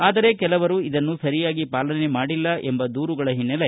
ಆದರೆ ಕೆಲವರು ಇದನ್ನು ಸರಿಯಾಗಿ ಪಾಲನೆ ಮಾಡಿಲ್ಲ ಎಂಬ ದೂರುಗಳ ಹಿನ್ನೆಲೆ